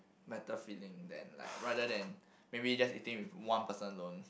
better feeling than like rather than maybe just eating with one person alone